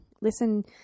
listen